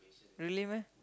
really meh